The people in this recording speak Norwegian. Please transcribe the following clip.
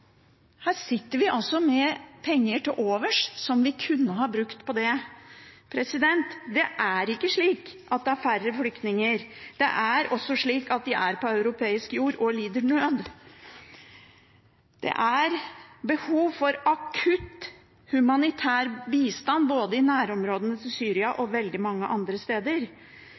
Her sitter vi med penger til overs som vi kunne ha brukt på det. Det er ikke slik at det er færre flyktninger. Det er også slik at de er på europeisk jord og lider nød. Det er behov for akutt humanitær bistand både i nærområdene til Syria og veldig mange andre steder.